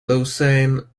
lausanne